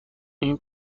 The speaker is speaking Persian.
این